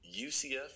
UCF